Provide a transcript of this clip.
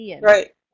right